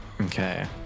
Okay